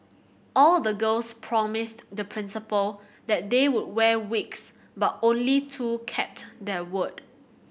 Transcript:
all the girls promised the Principal that they would wear wigs but only two kept their word